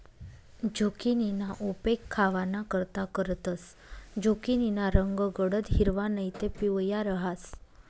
झुकिनीना उपेग खावानाकरता करतंस, झुकिनीना रंग गडद हिरवा नैते पिवया रहास